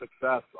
success